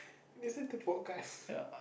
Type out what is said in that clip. listen to podcast